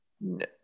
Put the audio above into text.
No